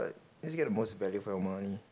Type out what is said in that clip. let's get the most value from our money